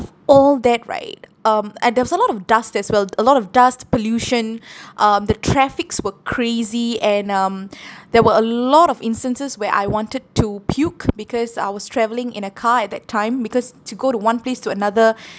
all that right um and there was a lot of dust as well a lot of dust pollution um the traffics were crazy and um there were a lot of instances where I wanted to puke because I was travelling in a car at that time because to go to one place to another